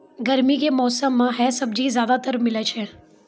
गर्मी के मौसम मं है सब्जी ज्यादातर मिलै छै